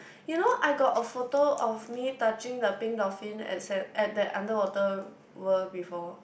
you know I got a photo of me touching the pink dolphin at sand at that underwater world before